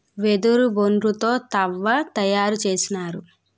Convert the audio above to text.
వెదురు బొంగు తో తవ్వ తయారు చేసినారు